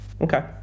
Okay